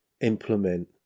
implement